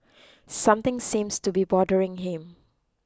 something seems to be bothering him